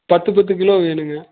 பத்து பத்து கிலோ வேணுங்க